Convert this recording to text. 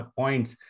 points